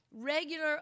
regular